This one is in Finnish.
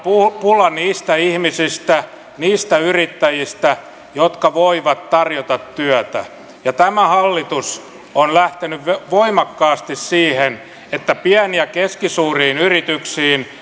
pula niistä ihmisistä niistä yrittäjistä jotka voivat tarjota työtä tämä hallitus on lähtenyt voimakkaasti siihen että pieniin ja keskisuuriin yrityksiin